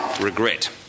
regret